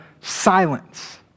silence